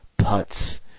putts